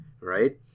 Right